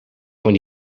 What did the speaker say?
van